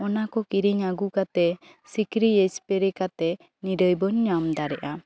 ᱚᱱᱟ ᱠᱚ ᱠᱤᱨᱤᱧ ᱟᱹᱜᱩ ᱠᱟᱛᱮ ᱥᱤᱠᱲᱤᱡ ᱥᱯᱮᱨᱮ ᱠᱟᱛᱮ ᱱᱤᱨᱟᱹᱭ ᱵᱚ ᱧᱟᱢ ᱫᱟᱨᱮᱭᱟᱜᱼᱟ